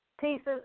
pieces